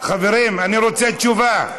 חברים, אני רוצה תשובה.